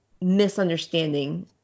misunderstanding